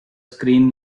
screen